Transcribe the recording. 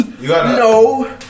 no